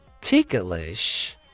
ticklish